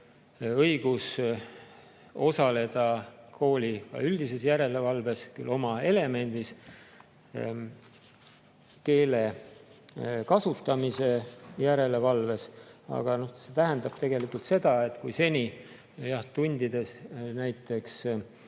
õigus osaleda kooli üldises järelevalves, küll oma elemendis, keele kasutamise järelevalves. Aga see tähendab tegelikult seda, et kui seni tundides näiteks